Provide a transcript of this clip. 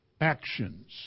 actions